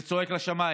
זה צועק לשמיים,